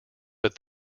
but